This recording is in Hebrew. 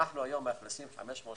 היום אנו מאכלסים 500,